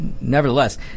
nevertheless